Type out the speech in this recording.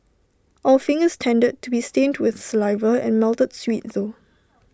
our fingers tended to be stained with saliva and melted sweet though